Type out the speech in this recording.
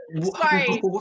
Sorry